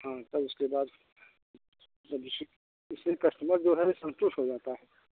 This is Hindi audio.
हाँ तब उसके बाद जब उस उसमे कस्टमर जो है संतुष्ट हो जाता है